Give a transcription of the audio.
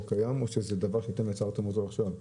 הים או שזה דבר שאתם יצרתם אותו עכשיו?